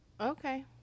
Okay